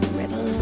river